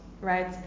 right